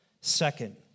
Second